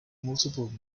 multiple